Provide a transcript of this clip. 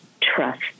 trust